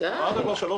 אמרת כבר שלוש פעמים.